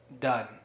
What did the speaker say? done